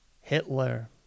Hitler